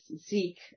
seek